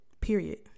period